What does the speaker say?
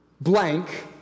blank